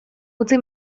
utzi